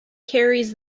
carries